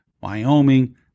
Wyoming